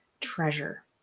treasure